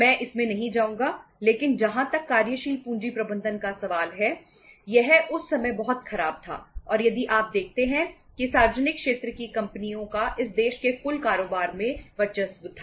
मैं इसमें नहीं जाऊंगा लेकिन जहां तक कार्यशील पूंजी प्रबंधन का सवाल है यह उस समय बहुत खराब था और यदि आप देखते हैं कि सार्वजनिक क्षेत्र की कंपनियों का इस देश के कुल कारोबार में वर्चस्व था